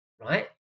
right